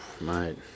mate